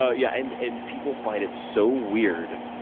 ah yeah, and and people find it so weird,